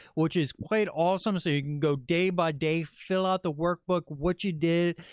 which is quite awesome. so you can go day by day, fill out the workbook, what you did,